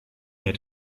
mir